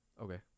Okay